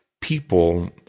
people